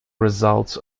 results